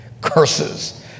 curses